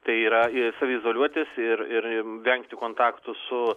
tai yra saviizoliuotis ir ir vengti kontaktų su